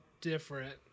different